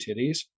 Titties